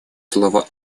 слово